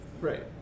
Right